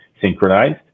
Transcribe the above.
synchronized